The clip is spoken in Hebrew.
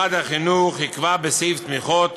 משרד החינוך יקבע בסעיף תמיכות